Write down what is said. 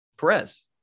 Perez